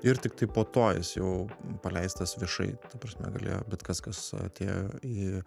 ir tiktai po to jis jau paleistas viešai ta prasme galėjo bet kas kas atėjo į